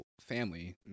family